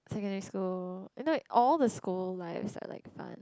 secondary school eh no all the school lives are like fun